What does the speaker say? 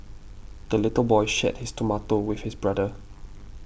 the little boy shared his tomato with his brother